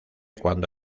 cuando